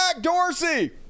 Dorsey